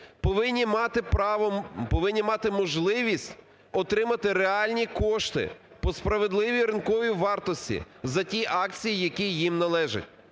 повинні мати можливість отримати реальні кошти по справедливій ринковій вартості за ті акції, які їм належать.